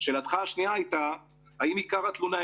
שאלתך השנייה הייתה האם עיקר התלונה היא